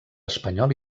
espanyol